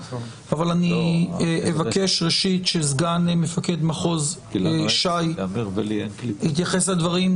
אבל אני אבקש ראשית שסגן מפקד מחוז שי יתייחס לדברים.